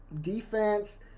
defense